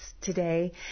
today